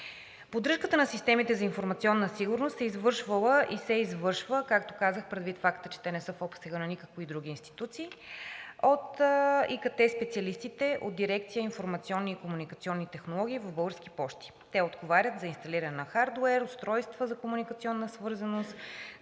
Поддръжката на системите за информационна сигурност се е извършвала и се извършва, както казах, предвид факта, че те не са в обсега на никакви други институции, от ИКТ специалистите от дирекция „Информационни и комуникационни технологии“ в „Български пощи“. Те отговарят за инсталиране на хардуер, устройства за комуникационна свързаност,